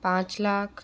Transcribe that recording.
पाँच लाख